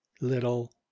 little